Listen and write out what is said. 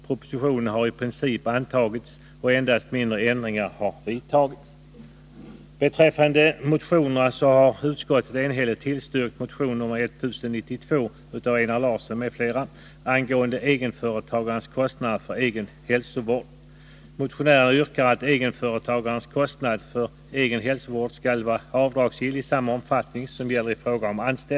Propositionen har i princip antagits, och endast mindre ändringar har vidtagits. Utskottet skriver att det delar motionärernas uppfattning.